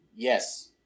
Yes